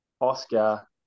Oscar